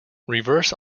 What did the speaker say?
reverse